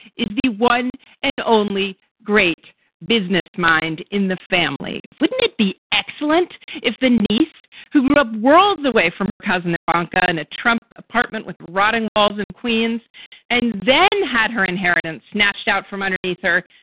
is the one and only great business mind in the family. wouldn't it be excellent if the niece who grew up worlds away from her cousin ivanka and a trump apartment with rotting walls in queens and then had her inheritance snatched out from underneath her?